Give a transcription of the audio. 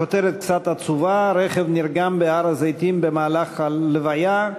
הכותרת קצת עצובה: רכב נרגם בהר-הזיתים במהלך הלוויה,